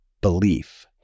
belief